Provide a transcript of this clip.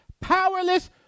powerless